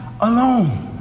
alone